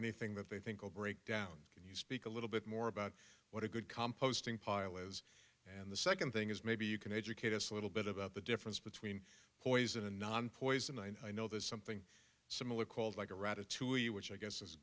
anything that they think will break down can you speak a little bit more about what a good composting pile is and the second thing is maybe you can educate us a little bit about the difference between poison and non poison and i know there's something similar calls like a ratatouille which i guess